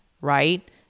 right